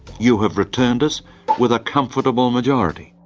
you have returned us with a comfortable majority.